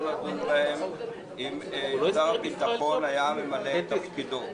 לדון בהם אם שר הביטחון היה ממלא את תפקידו.